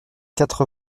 quatre